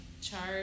charge